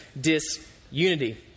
disunity